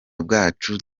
bwacu